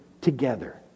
together